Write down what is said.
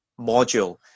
module